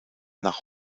nach